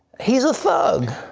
he is a thug.